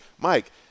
Mike